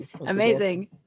amazing